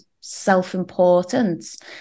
self-importance